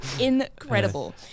incredible